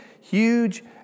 huge